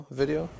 video